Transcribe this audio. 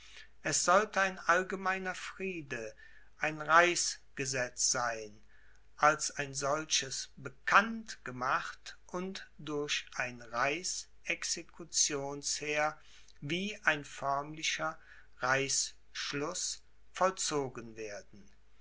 es sollte ein allgemeiner friede ein reichsgesetz sein als ein solches bekannt gemacht und durch ein reichsexecutionsheer wie ein förmlicher reichsschluß vollzogen werden